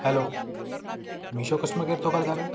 hello Meesho customer care ਤੋਂ ਗੱਲ ਕਰ ਰਹੇ